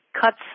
cuts